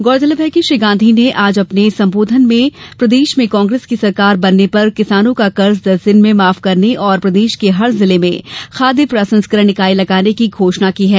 गौरतलब है कि श्री गांधी ने आज अपने संबोधन में प्रदेश में कांग्रेस की सरकार बनने पर किसानों का कर्ज दस दिन में माफ करने और प्रदेश के हर जिले में खाद्य प्रसंस्करण इकाई लगाने की घोषणा की है